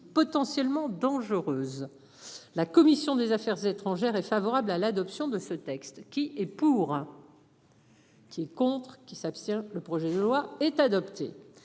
potentiellement dangereuse. La commission des Affaires étrangères est favorable à l'adoption de ce texte qui est pour. Qu'ils contrent qui s'abstient. Le projet de loi est adopté.